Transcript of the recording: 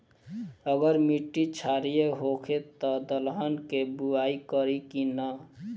अगर मिट्टी क्षारीय होखे त दलहन के बुआई करी की न?